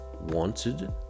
wanted